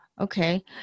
okay